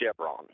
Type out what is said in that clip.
Chevron